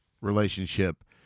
relationship